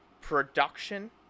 production